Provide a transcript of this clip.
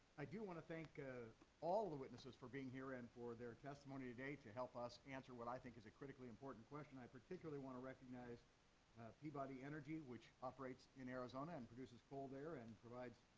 i do want to thank ah all of the witnesses for being here and for their testimony today to help us answer what i think is a critically important question. i particularly want to recognize peabody energy, which operates in arizona and produces coal there and provides